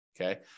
Okay